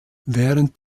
während